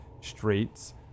streets